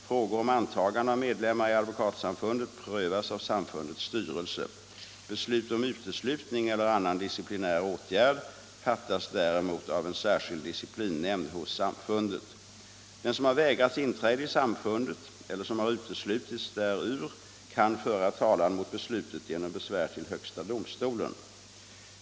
Frågor om antagande av medlemmar i Advokatsamfundet prövas av samfundets styrelse. Beslut om uteslutning eller annan disciplinär åtgärd fattas däremot av en särskild disciplinnämnd hos samfundet. Den som har vägrats inträde i samfundet eller som har uteslutits därur kan föra talan mot beslutet genom besvär till högsta domstolen.